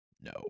No